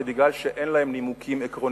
זה מפני שאין להם נימוקים עקרוניים.